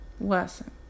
lesson